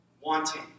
wanting